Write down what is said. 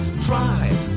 try